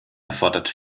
erfordert